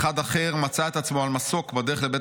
אחד אחר מצא את עצמו על מסוק בדרך לבית